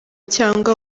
cyangwa